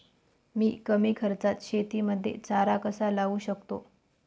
मी कमी खर्चात शेतीमध्ये चारा कसा लावू शकतो?